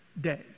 day